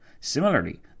Similarly